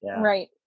Right